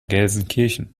gelsenkirchen